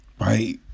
Right